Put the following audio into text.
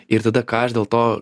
ir tada ką aš dėl to